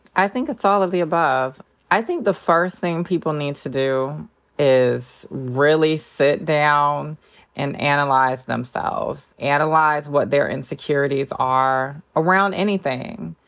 i think it's all of the above i think the first thing people need to do is really sit down and analyze themselves, answer what their insecurities are around anything,